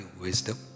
wisdom